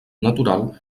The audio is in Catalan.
natural